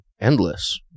endless